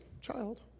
child